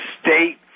state